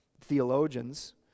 theologians